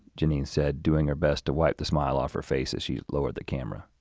jeanine said, doing her best to wipe the smile off her face as she lowered the camera.